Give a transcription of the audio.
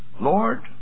Lord